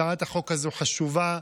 הצעת החוק הזו חשובה,